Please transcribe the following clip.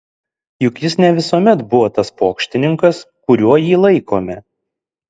juk jis ne visuomet buvo tas pokštininkas kuriuo jį laikome